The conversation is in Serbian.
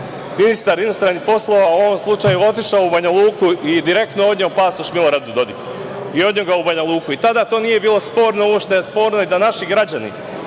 ministar inostranih poslova, u ovom slučaju otišao u Banjaluku i direktno odneo pasoš Miloradu Dodiku, odneo ga u Banjaluku. Tada to nije bilo sporno uopšte. Sporno je da naši građani,